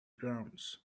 ground